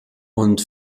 und